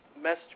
message